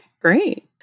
great